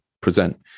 present